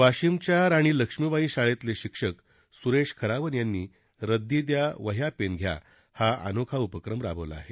वाशिमच्या राणी लक्ष्मीबाई शाळेतले शिक्षक सुरेश खरावन यांनी सद्दी द्या वह्या पेन घ्या हा अनोख उपक्रम राबवला आहे